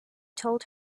told